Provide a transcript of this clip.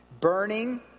Burning